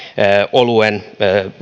oluen